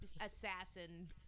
assassin